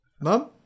Mum